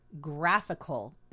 Graphical